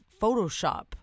photoshop